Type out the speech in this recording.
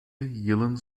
yılın